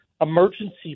emergency